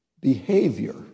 behavior